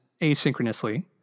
asynchronously